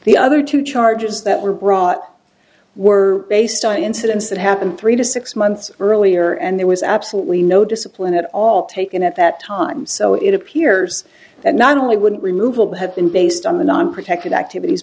the other two charges that were brought were based on incidents that happened three to six months earlier and there was absolutely no discipline at all taken at that time so it appears that not only wouldn't removal have been based on the non protected activities